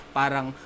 parang